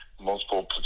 multiple